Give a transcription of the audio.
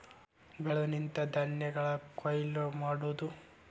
ಬೆಳೆದು ನಿಂತ ಧಾನ್ಯಗಳನ್ನ ಕೊಯ್ಲ ಮಾಡುದು